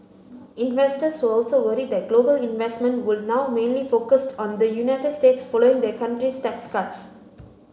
investors were also worried that global investment would now mainly focused on the United States following the country's tax cuts